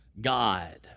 God